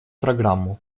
программу